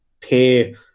pay